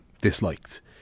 disliked